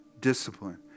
discipline